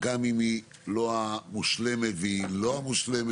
גם אם היא לא המושלמת, והיא לא המושלמת.